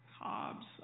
Hobbes